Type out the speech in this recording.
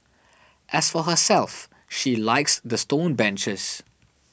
as for herself she likes the stone benches